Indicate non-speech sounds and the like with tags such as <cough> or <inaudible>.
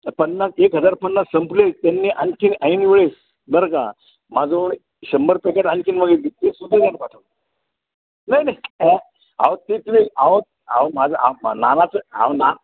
पन्नास एक हजार पन्नास संपले त्यांनी आणखी ऐन वेळेस बरं का माझं शंभर पॅकेट आणखी मगितली ते सुद्धा <unintelligible> पाठव नाही नाही अहो ते तर अहो माझं अहो नानाचं अहो ना